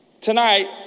Tonight